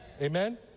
Amen